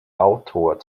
autor